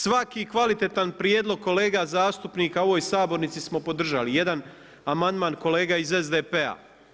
Svaki kvalitetan prijedlog kolega zastupnika u ovoj sabornici smo podržali, jedan amandman kolega iz SDP-a.